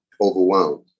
overwhelmed